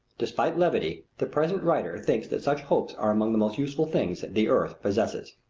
despite levity, the present writer thinks that such hopes are among the most useful things the earth possesses.